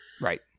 Right